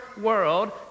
world